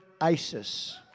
ISIS